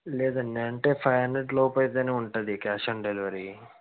లేదండి అంటే five hundred లోపు అయితేనే ఉంటుంది కాష్ ఆన్ డెలివరీ